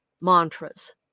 mantras